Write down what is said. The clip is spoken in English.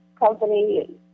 company